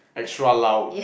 extra loud